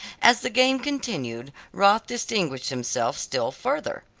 as the game continued roth distinguished himself still further.